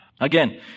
Again